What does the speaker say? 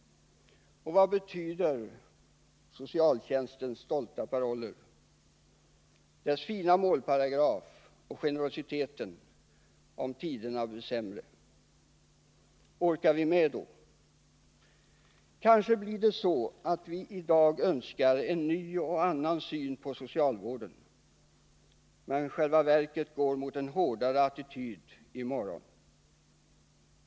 Vad betyder socialtjänstlagens stolta paroller, dess fina målparagraf och generositeten, om tiderna blir sämre? Orkar vi med då? Kanske är det så att vi i dag önskar en ny och annan syn på socialvården, men att vi i morgon i själva verket går mot en hårdare attityd.